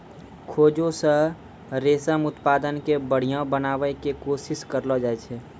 खोजो से रेशम उत्पादन के बढ़िया बनाबै के कोशिश करलो जाय छै